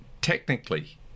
technically